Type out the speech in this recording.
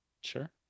sure